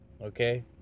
Okay